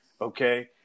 okay